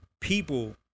people